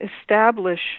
establish